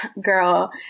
Girl